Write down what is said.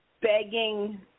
begging